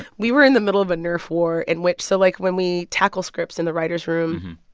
we were in the middle of a nerf war in which so, like, when we tackle scripts in the writers' room,